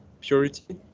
purity